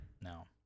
No